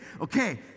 okay